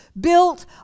built